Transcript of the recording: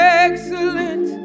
excellent